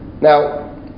now